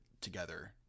together